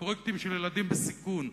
בפרויקטים של ילדים בסיכון?